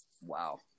Wow